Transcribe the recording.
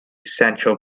sancho